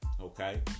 okay